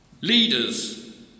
Leaders